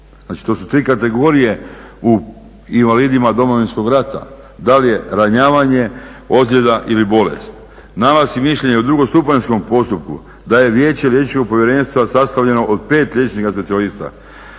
Znači to su tri kategorije u invalidima Domovinskog rata. Da li je ranjavanje, ozljeda ili bolest. Nalaz i mišljenje u drugostupanjskom postupku da je Vijeće liječničkog povjerenstva sastavljeno od 5 liječnika specijalista.